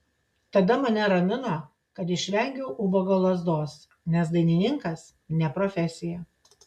tada mane ramino kad išvengiau ubago lazdos nes dainininkas ne profesija